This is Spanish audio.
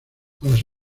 las